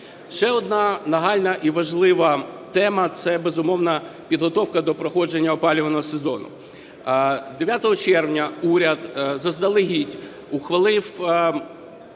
Ще одна нагальна і важлива тема – це, безумовно, підготовка до проходження опалювального сезону. 9 червня уряд заздалегідь ухвалив